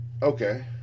okay